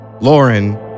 Lauren